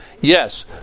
Yes